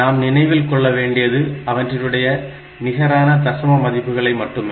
நாம் நினைவில் கொள்ள வேண்டியது அவற்றினுடைய நிகரான தசம மதிப்புகளை மட்டுமே